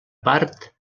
part